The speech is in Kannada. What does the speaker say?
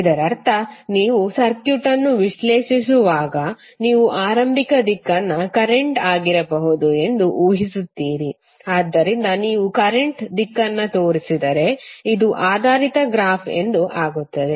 ಇದರರ್ಥ ನೀವು ಸರ್ಕ್ಯೂಟ್ ಅನ್ನು ವಿಶ್ಲೇಷಿಸುವಾಗ ನೀವು ಆರಂಭಿಕ ದಿಕ್ಕನ್ನು ಕರೆಂಟ್ ಆಗಿರಬಹುದು ಎಂದು ಊಹಿಸುತ್ತೀರಿ ಆದ್ದರಿಂದ ನೀವು ಕರೆಂಟ್ ದಿಕ್ಕನ್ನು ತೋರಿಸಿದರೆ ಇದು ಆಧಾರಿತ ಗ್ರಾಫ್ ಎಂದು ಆಗುತ್ತದೆ